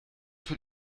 für